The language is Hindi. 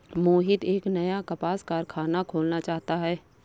मोहित एक नया कपास कारख़ाना खोलना चाहता है